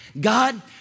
God